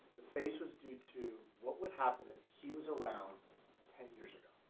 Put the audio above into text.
the face was due to what would happen if he was around ten years ago?